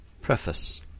PREFACE